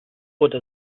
oder